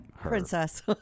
Princess